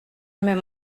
m’aime